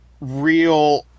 real